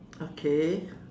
okay